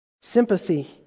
Sympathy